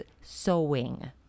sewing